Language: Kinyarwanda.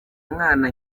mwana